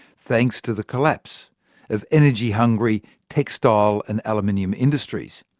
thanks to the collapse of energy-hungry textile and aluminium industries.